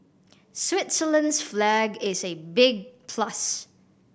Switzerland's flag is a big plus